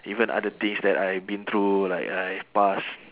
even other things that I have been through like I have pass